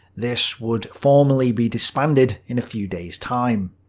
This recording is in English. this would formally be disbanded in a few days time.